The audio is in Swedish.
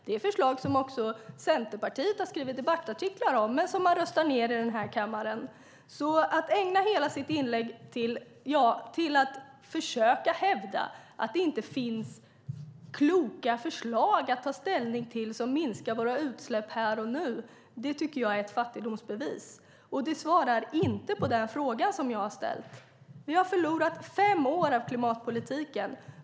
Det är förslag som också Centerpartiet har skrivit debattartiklar om men som man röstar ned här i kammaren. Ministern ägnar hela sitt inlägg till att försöka hävda att det inte finns kloka förslag att ta ställning till som minskar våra utsläpp här och nu. Det tycker jag är ett fattigdomsbevis. Du svarade inte på den fråga som jag har ställt. Vi har förlorat fem år av klimatpolitiken.